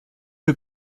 les